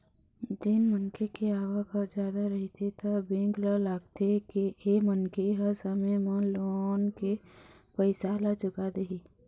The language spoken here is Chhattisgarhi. जेन मनखे के आवक ह जादा रहिथे त बेंक ल लागथे के ए मनखे ह समे म लोन के पइसा ल चुका देही